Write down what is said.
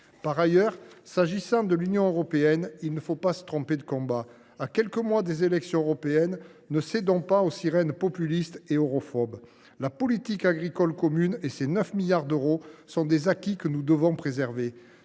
Pour ce qui est de l’Union européenne, il ne faut pas se tromper de combat. À quelques mois des élections européennes, ne cédons pas aux sirènes populistes et europhobes ! La politique agricole commune et ses 9 milliards d’euros sont des acquis que nous devons préserver.